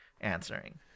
answering